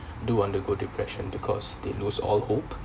do undergo depression because they lose all hope